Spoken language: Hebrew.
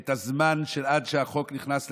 ינצל את הזמן עד שהחוק נכנס לתוקף,